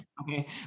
Okay